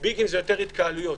ביגים זה יותר התקהלויות.